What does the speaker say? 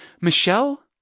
Michelle